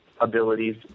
abilities